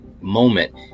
moment